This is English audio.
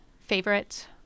favorite